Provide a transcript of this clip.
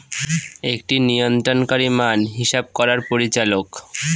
একটি নিয়ন্ত্রণকারী মান হিসাব করার পরিচালক